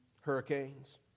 Hurricanes